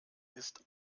ist